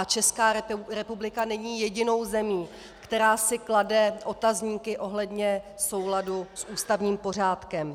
Česká republika není jedinou zemí, která si klade otazníky ohledně souladu s ústavním pořádkem.